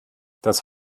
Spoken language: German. das